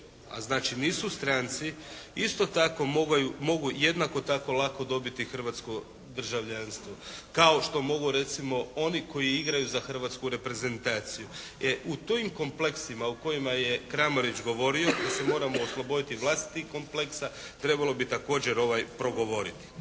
a znači nisu stranci isto tako mogu jednako tako lako dobiti hrvatsko državljanstvo, kao što mogu recimo oni koji igraju za Hrvatsku reprezentaciju. E, u tim kompleksima o kojima je Kramarić govorio, da se moramo osloboditi vlastitih kompleksa, trebalo bi također progovoriti.